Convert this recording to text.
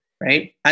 Right